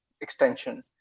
extension